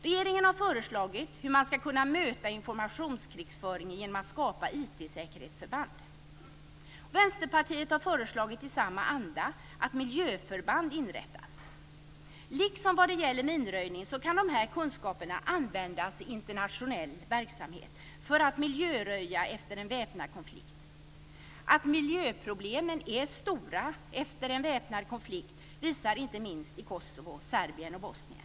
Regeringen har lämnat förslag om hur man ska kunna möta informationskrigföring genom att skapa IT-säkerhetsförband. Vänsterpartiet har i samma anda föreslagit att miljöförband inrättas. Liksom i fråga om minröjning kan dessa erfarenheter användas i internationell verksamhet för att miljöröja efter en väpnad konflikt. Att miljöproblemen är stora efter en väpnad konflikt visas inte minst i Kosovo, Serbien och Bosnien.